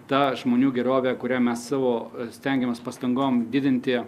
tą žmonių gerovę kurią mes savo stengiamės pastangom didinti